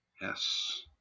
Yes